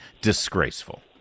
disgraceful